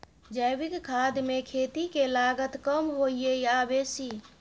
जैविक खाद मे खेती के लागत कम होय ये आ बेसी?